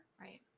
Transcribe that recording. Right